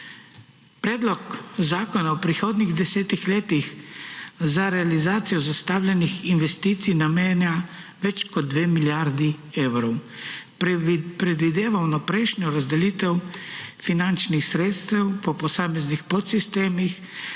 Predlog zakona v prihodnih desetih letih za realizacijo zastavljenih investicij namenja več kot dve milijardi evrov in predvideva vnaprejšnjo razdelitev finančnih sredstev po posameznih podsistemih,